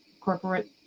corporate